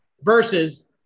versus